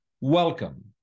Welcome